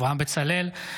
אברהם בצלאל,